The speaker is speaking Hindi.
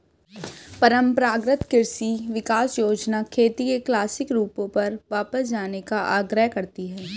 परम्परागत कृषि विकास योजना खेती के क्लासिक रूपों पर वापस जाने का आग्रह करती है